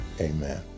amen